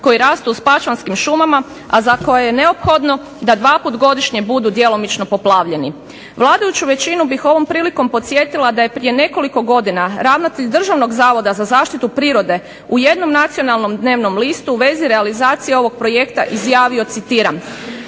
koji raste u spačvanskim šumama, a za koje je neophodno da dvaput godišnje budu djelomično poplavljeni. Vladajuću većinu bih ovom prilikom podsjetila da je prije nekoliko godina ravnatelj Državnog zavoda za zaštitu prirode u jednom nacionalnom dnevnom listu u vezi realizacije ovog projekta izjavio, citiram: